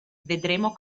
vedremo